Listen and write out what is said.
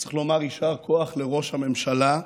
צריך לומר יישר כוח לראש הממשלה,